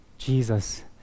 jesus